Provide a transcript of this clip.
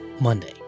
Monday